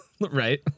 Right